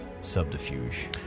subterfuge